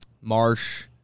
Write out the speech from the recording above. Marsh